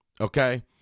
Okay